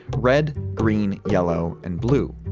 red, green, yellow, and blue.